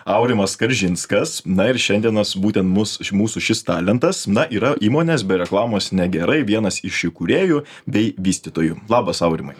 aurimas skaržinskas na ir šiandienos būtent mus mūsų šis talentas na yra įmonės be reklamos negerai vienas iš įkūrėjų bei vystytojų labas aurimai